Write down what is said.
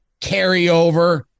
carryover